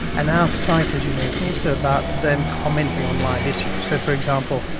and our site, as you know, is and also about them commenting on live issues. so, for example,